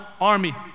army